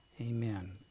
amen